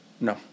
No